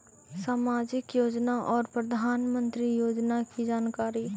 समाजिक योजना और प्रधानमंत्री योजना की जानकारी?